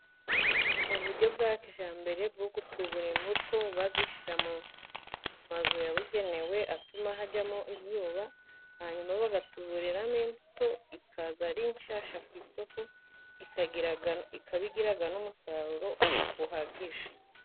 Mu buryo bwa kijyambere bwo gutubura imbuto bazishyira mu mazu yabugenewe atuma hajyamo izuba, hanyuma bagatuburiramo imbuto ikaza ari nshyasha ku isoko, ikaba igira n'umusaruro uhagije.